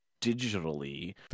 digitally